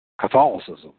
Catholicism